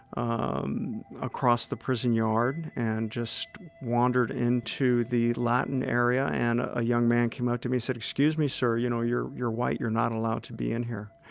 um, across the prison yard and just wandered into the latin area, and a young man came up to me. he said, excuse me, sir. you know, you're you're white. you're not allowed to be in here.